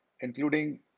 including